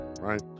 right